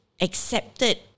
accepted